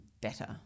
better